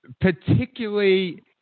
Particularly